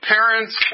parents